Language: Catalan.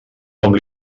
com